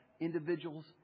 individuals